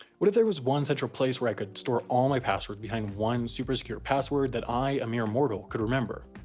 what if there was one central place where i could store all my passwords behind one, super-secure password that i, a mere mortal, could remember.